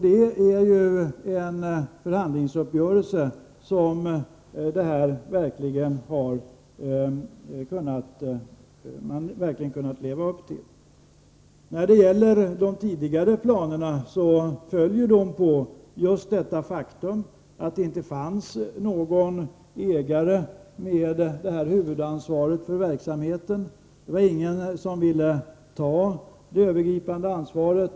Det är en förhandlingsuppgörelse som man verkligen kunnat leva upp till. De tidigare planerna föll just på det faktum att det inte fanns någon ägare med ett huvudansvar för verksamheten. Det var ingen som ville ta det övergripande ansvaret.